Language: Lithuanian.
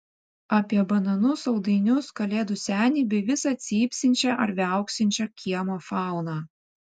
apie bananus saldainius kalėdų senį bei visą cypsinčią ar viauksinčią kiemo fauną